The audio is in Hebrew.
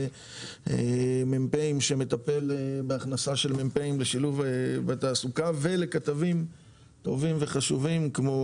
מפ"ים שמטפל בהכנסה של מפ"ים לשילוב בתעסוקה ולכתבים טובים וחשובים כמו